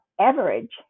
average